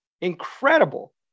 incredible